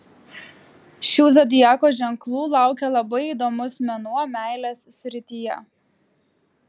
šių zodiako ženklų laukia labai įdomus mėnuo meilės srityje